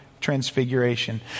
Transfiguration